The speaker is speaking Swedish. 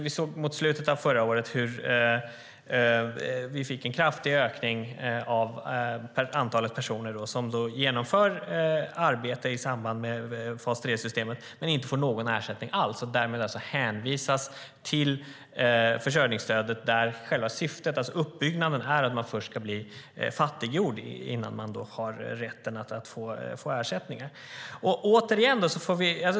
Vi såg mot slutet av förra året hur vi fick en kraftig ökning av antalet personer som genomförde arbete i samband med fas 3-systemet men inte fick någon ersättning alls och därmed hänvisades till försörjningsstödet, där själva syftet, alltså uppbyggnaden, är att man först ska bli fattiggjord innan man har rätten att få ersättning.